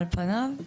על פניו.